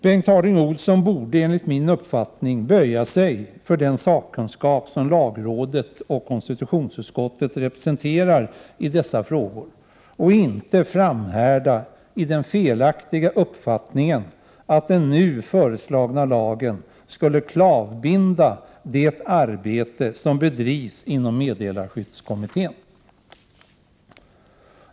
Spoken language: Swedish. Bengt Harding Olson borde böja sig för den sakkunskap som lagrådet och konstitutionsutskottet representerar i dessa frågor och inte framhärda i den felaktiga uppfattningen att den nu föreslagna lagen skulle klavbinda det arbete som bedrivs inom meddelarskyddskommittén.